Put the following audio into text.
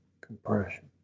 compression